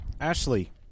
Ashley